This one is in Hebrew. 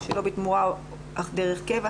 או שלא בתמורה אך דרך קבע,